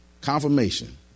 confirmation